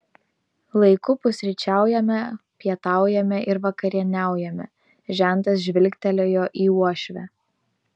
laiku pusryčiaujame pietaujame ir vakarieniaujame žentas žvilgtelėjo į uošvę